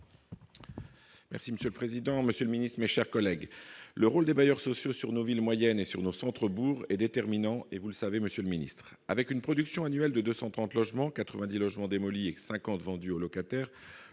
Merci monsieur le président, Monsieur le Ministre, mes chers collègues, le rôle des bailleurs sociaux sur nos villes moyennes et sur nos centres bourgs est déterminant et vous le savez, Monsieur le Ministre, avec une production annuelle de 230 logements 90 logements démolis et 50 vendues aux locataires